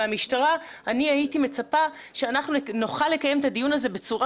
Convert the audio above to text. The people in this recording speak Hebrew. מהמשטרה הייתי מצפה שאנחנו נוכל לקיים את הדיון הזה בצורה